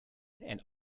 and